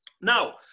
Now